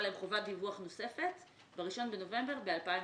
עליהם חובת דיווח נוספת ב-1 נובמבר 2020,